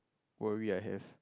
worry I have